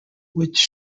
which